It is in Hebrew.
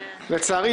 לצערי,